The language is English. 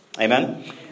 Amen